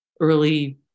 early